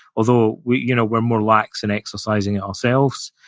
although we're you know we're more lax in exercising it ourselves.